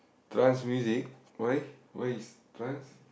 trance music why what is trance